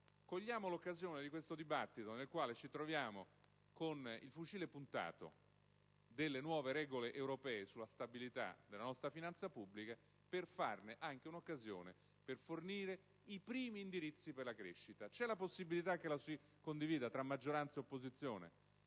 cogliere l'occasione di questo dibattito nel quale ci troviamo con il fucile puntato delle nuove regole europee sulla stabilità della nostra finanza pubblica per farne anche un'occasione per fornire i primi indirizzi per la crescita. C'è la possibilità che vi sia una condivisione tra maggioranza e opposizione?